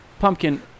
Pumpkin